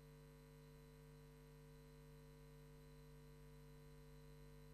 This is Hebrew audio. אני מחדש את הישיבה.